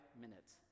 minutes